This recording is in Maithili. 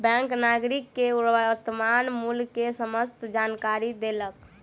बैंक नागरिक के वर्त्तमान मूल्य के समस्त जानकारी देलक